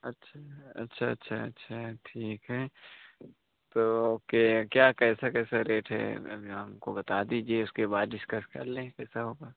अच्छा अच्छा अच्छा अच्छा ठीक है तो ओके क्या कैसा कैसा रेट है अभी हमको बता दीजिए उसके बाद डिस्कस कर लें फ़िर सब अपन